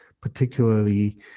particularly